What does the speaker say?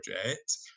project